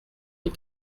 les